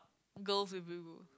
girls with big boob